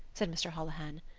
said mr. holohan.